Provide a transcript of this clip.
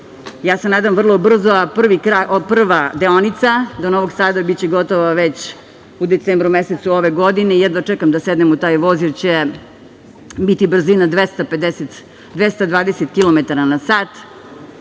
ja se nadam vrlo brzo, a prva deonica do Novog Sada biće gotova već u decembru mesecu ove godine i jedva čekam da sednem u taj voz, jer će biti brzina 220 kilometara